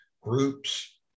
groups